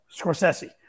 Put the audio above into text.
Scorsese